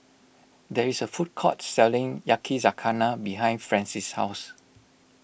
there is a food court selling Yakizakana behind Frances' house